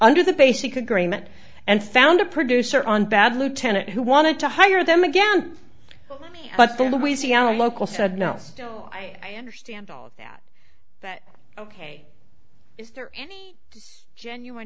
under the basic agreement and found a producer on bad lieutenant who wanted to hire them again but the louisiana local said no still i understand all that but ok is there any genuine